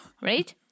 Right